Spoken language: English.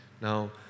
Now